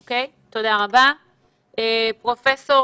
פרופ'